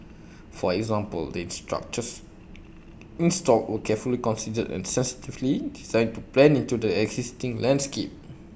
for example the structures installed were carefully considered and sensitively designed to blend into the existing landscape